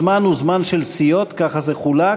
הזמן הוא זמן של סיעות, כך זה חולק,